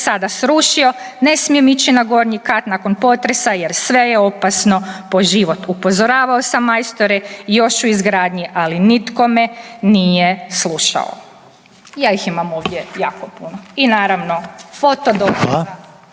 sada srušio, ne smijem ići na gornji kat nakon potresa jer sve je opasno po život. Upozoravao sam majstore još u izgradnji, ali nitko me nije slušao. Ja ih imam ovdje jako puno i naravno foto dokaza